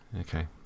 Okay